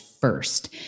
first